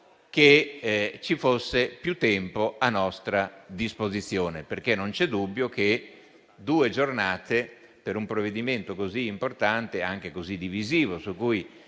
che ci fosse più tempo a nostra disposizione, perché due giornate per un provvedimento così importante e anche così divisivo, su cui